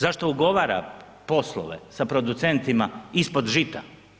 Zašto ugovara poslove sa producentima ispod žita?